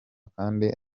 kandi